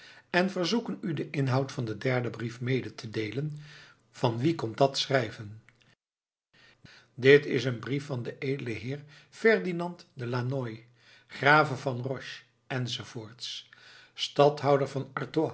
en verzoeken u den inhoud van den derden brief mede te deelen van wien komt dat schrijven dit is een brief van den edelen heere ferdinand de lanoy grave van roche enz stadhouder van